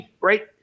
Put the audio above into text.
Right